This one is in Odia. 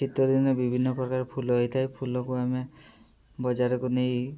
ଶୀତ ଦିନ ବିଭିନ୍ନ ପ୍ରକାର ଫୁଲ ହେଇଥାଏ ଫୁଲକୁ ଆମେ ବଜାରକୁ ନେଇ